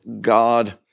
God